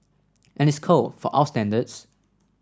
and it's cold for our standards